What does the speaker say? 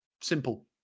Simple